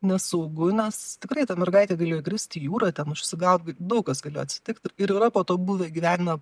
nesaugu nes tikrai ta mergaitė galėjo įkrist į jūrą ten užsigaut daug kas galėjo atsitikt ir yra po to buvę gyvenime